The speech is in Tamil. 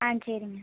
ஆ சரிங்க